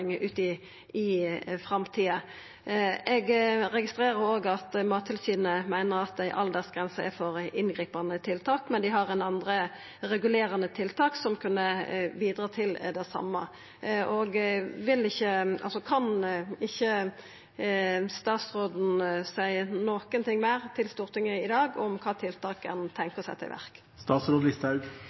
i framtida. Eg registrerer òg at Mattilsynet meiner at ei aldersgrense er eit for inngripande tiltak, men at dei har andre regulerande tiltak som kan bidra til det same. Kan statsråden seia noko meir til Stortinget i dag om kva tiltak ein tenkjer å setja i